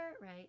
right